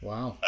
Wow